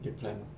有 plan mah